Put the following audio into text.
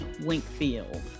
Winkfield